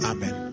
Amen